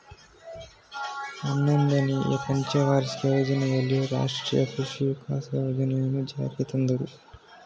ಹನ್ನೊಂದನೆನೇ ಪಂಚವಾರ್ಷಿಕ ಯೋಜನೆಯಲ್ಲಿ ರಾಷ್ಟ್ರೀಯ ಕೃಷಿ ವಿಕಾಸ ಯೋಜನೆಯನ್ನು ಜಾರಿಗೆ ತಂದರು